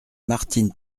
martine